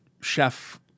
chef